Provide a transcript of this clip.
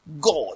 God